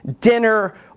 dinner